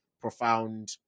profound